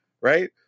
Right